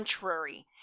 contrary